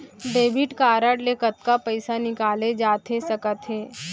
Debit card ले कतका पइसा निकाले जाथे सकत हे?